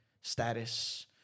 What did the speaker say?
status